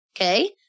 okay